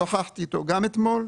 שוחחתי איתו גם אתמול,